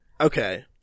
Okay